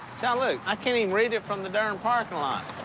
john luke, i can't even read it from the darn parking lot.